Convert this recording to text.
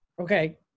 Okay